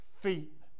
feet